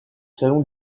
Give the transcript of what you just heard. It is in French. salon